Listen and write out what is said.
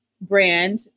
brand